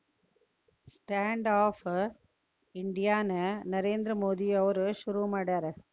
stand up India ನ ನರೇಂದ್ರ ಮೋದಿ ಅವ್ರು ಶುರು ಮಾಡ್ಯಾರ